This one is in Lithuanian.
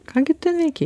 ką gi tu veikei